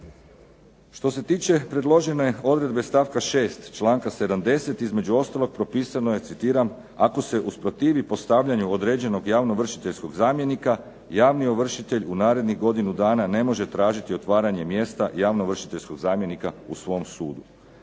Što se tiče predložene odredbe stavka 6. članka 70. između ostalog propisano je citiram "Ako se usprotivi postavljanju određenog javno ovršiteljskog zamjenika javni ovršitelj u narednih godinu dana ne može tražiti otvaranje mjesta javnoovršiteljskog zamjenika u svom sudu"